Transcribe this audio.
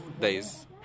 days